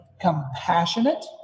compassionate